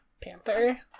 Panther